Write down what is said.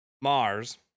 Mars